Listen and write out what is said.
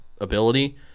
ability